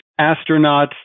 astronauts